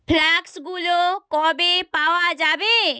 ফ্ল্যাক্সগুলো কবে পাওয়া যাবে